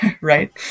right